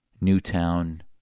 Newtown